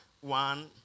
one